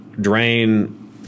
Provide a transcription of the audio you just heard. drain